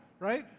right